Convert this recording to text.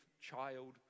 child